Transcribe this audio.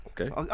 Okay